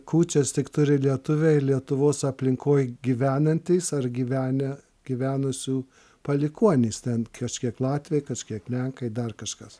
kūčias tik turi lietuviai ir lietuvos aplinkoj gyvenantys ar gyvenę gyvenusių palikuonys ten kažkiek latviai kažkiek lenkai dar kažkas